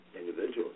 individuals